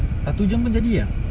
satu jam pun jadi ah